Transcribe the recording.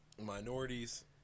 minorities